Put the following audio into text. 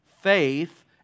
faith